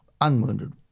unwounded